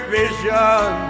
vision